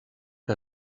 que